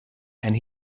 and